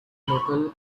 local